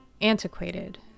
antiquated